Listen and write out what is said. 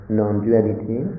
non-duality